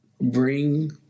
bring